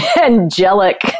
angelic